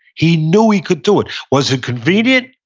he knew he could do it. was it convenient?